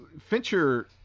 Fincher